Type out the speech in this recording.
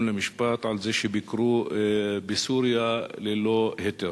למשפט על זה שביקרו בסוריה ללא היתר.